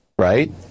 Right